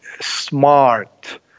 smart